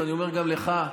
ואני אומר גם לך,